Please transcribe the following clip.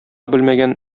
белмәгән